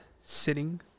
sitting